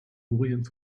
orient